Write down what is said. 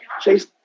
chase